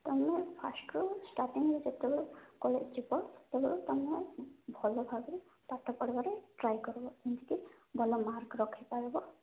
ତୁମେ ଫାଷ୍ଟରୁ ଷ୍ଟାଟିଙ୍ଗରୁ ଯେତେବେଳେ କଲେଜ୍ ଯିବ ତେବେ ତୁମେ ଭଲ ଭାବେ ପାଠ ପଢ଼ିବାରେ ଟ୍ରାଏ କରିବ ଯେମିତି କି ଭଲ ମାର୍କ ରଖିପାରିବ